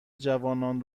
جوانان